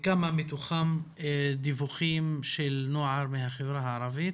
וכמה מתוכם דיווחים של נוער מהחברה הערבית.